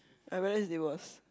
I realise it was